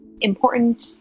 important